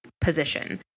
position